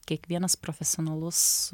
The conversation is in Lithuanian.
kiekvienas profesionalus